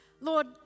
Lord